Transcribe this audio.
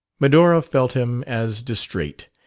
medora felt him as distrait.